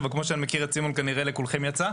אבל כמו שאני מכיר את סימון כנראה לכולכם יצא,